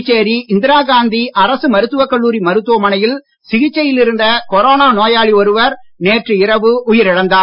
புதுச்சேரி இந்திரா காந்தி அரசு மருத்துவக் கல்லூரி மருத்துவமனையில் சிகிச்சையில் இருந்த கொரோனா நோயாளி ஒருவர் நேற்று இரவு உயிர் இழந்தார்